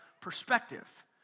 perspective